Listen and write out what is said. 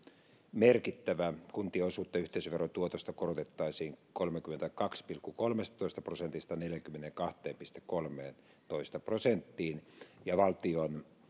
merkittävä kuntien osuutta yhteisöverotuotosta korotettaisiin kolmestakymmenestäkahdesta pilkku kolmestatoista prosentista neljäänkymmeneenkahteen pilkku kolmeentoista prosenttiin ja valtion